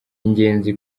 ingenzi